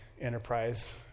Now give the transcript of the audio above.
Enterprise